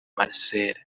marcel